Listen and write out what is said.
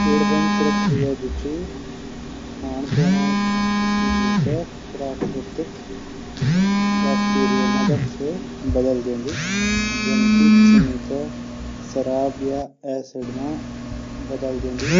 किण्वन प्रक्रिया जू च खाण पीणू चीजों थे प्राकृतिक वैक्टीरिया मदद से बदद दींदी। जनकि चीनी थै। शराब या एसिड मा बदल दींदी।